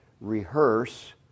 rehearse